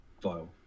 Vile